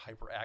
hyperactive